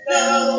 no